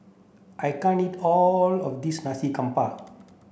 I can't eat all of this Nasi Campur